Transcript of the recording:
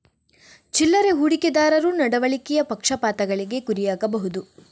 ಚಿಲ್ಲರೆ ಹೂಡಿಕೆದಾರರು ನಡವಳಿಕೆಯ ಪಕ್ಷಪಾತಗಳಿಗೆ ಗುರಿಯಾಗಬಹುದು